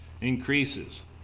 increases